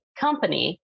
company